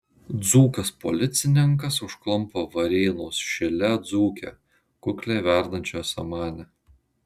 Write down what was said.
dzūkas policininkas užklumpa varėnos šile dzūkę kukliai verdančią samanę